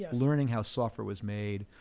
yeah learning how software was made,